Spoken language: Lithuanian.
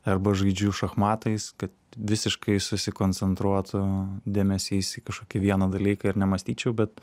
arba žaidžiu šachmatais kad visiškai susikoncentruotų dėmesys į kažkokį vieną dalyką ir nemąstyčiau bet